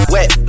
Wet